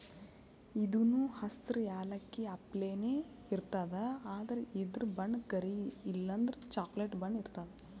ಇದೂನು ಹಸ್ರ್ ಯಾಲಕ್ಕಿ ಅಪ್ಲೆನೇ ಇರ್ತದ್ ಆದ್ರ ಇದ್ರ್ ಬಣ್ಣ ಕರಿ ಇಲ್ಲಂದ್ರ ಚಾಕ್ಲೆಟ್ ಬಣ್ಣ ಇರ್ತದ್